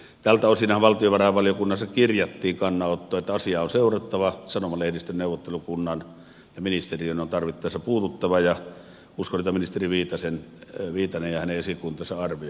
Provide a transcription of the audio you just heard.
tältä osinhan valtiovarainvaliokunnassa kirjattiin kannanotto että sanomalehdistön neuvottelukunnan on asiaa seurattava ja ministeriön on tarvittaessa puututtava ja uskon että ministeri viitanen ja hänen esikuntansa arvioivat myös tätä kysymystä